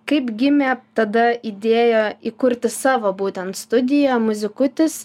kaip gimė tada idėja įkurti savo būtent studiją muzikutis